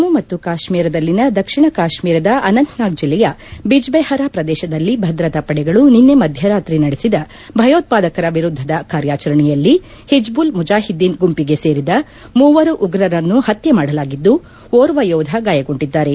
ಜಮ್ಮು ಮತ್ತು ಕಾಶ್ಮೀರದಲ್ಲಿನ ದಕ್ಷಿಣ ಕಾಶ್ಮೀರದ ಅನಂತ ನಾಗ್ ಜಿಲ್ಲೆಯ ಬಿಜ್ಬೆಹರಾ ಪ್ರದೇಶದಲ್ಲಿ ಭದ್ರತಾ ಪಡೆಗಳು ನಿನ್ನೆ ಮಧ್ಯರಾತ್ರಿ ನಡೆಸಿದ ಭಯೋತ್ಸಾದಕರ ವಿರುದ್ದದ ಕಾರ್ಯಾಚರಣೆಯಲ್ಲಿ ಹಿಜ್ಬುಲ್ ಮುಜಾಹಿದ್ದೀನ್ ಗುಂಪಿಗೆ ಸೇರಿದ ಮೂವರು ಉಗ್ರರನ್ನು ಹತ್ಯೆ ಮಾಡಲಾಗಿದ್ಲು ಓರ್ವ ಯೋಧ ಗಾಯಗೊಂಡಿದ್ದಾರೆ